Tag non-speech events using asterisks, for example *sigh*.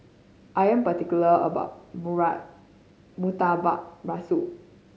I am particular about *unintelligible* Murtabak Rusa